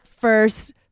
first